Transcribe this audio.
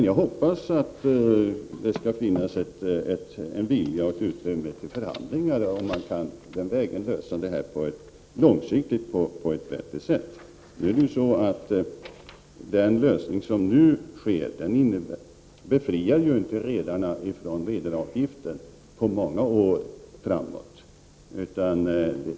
Jag hoppas att det skall finnas en vilja och ett utrymme för förhandlingar, så att man den vägen på ett bättre sätt kan lösa frågan långsiktigt. Den lösning som nu är på gång befriar ju inte redarna från redaravgiften på många år framåt i tiden.